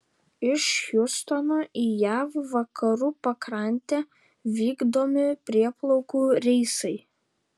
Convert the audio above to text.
iš hjustono į jav vakarų pakrantę vykdomi prieplaukų reisai